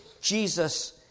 Jesus